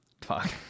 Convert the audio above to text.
fuck